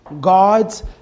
God's